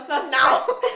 now